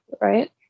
right